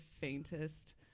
faintest